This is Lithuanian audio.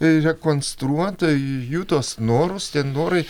rekonstruot jų tuos norus tie norai